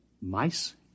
Mice